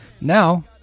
Now